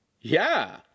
Yeah